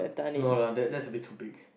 no no that's a bit too big